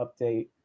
update